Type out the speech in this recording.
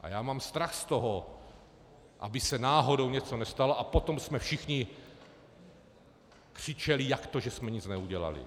A já mám strach z toho, aby se náhodou něco nestalo, a potom jsme všichni křičeli, jak to, že jsme nic neudělali?